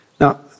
Now